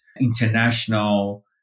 international